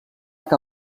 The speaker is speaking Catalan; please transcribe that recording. que